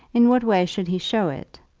in what way should he show it,